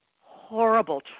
horrible